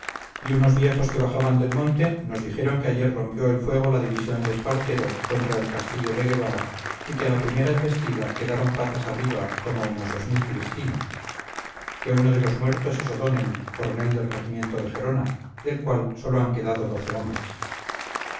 y unos viejos que bajaban del monte nos dijeron que ayer rompió el fuego la división de espartero contra el castillo de guevara y que a la primera embestida quedaron patas arriba como unos dos mil cristinos que uno de los muertos es o'donnell coronel del regimiento de gerona del cual sólo han quedado doce hombres